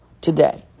today